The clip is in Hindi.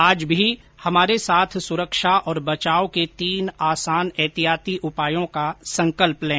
आप भी हमारे साथ सुरक्षा और बचाव के तीन आसान एहतियाती उपायों का संकल्प लें